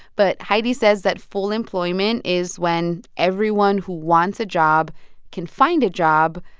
but heidi says that full employment is when everyone who wants a job can find a job,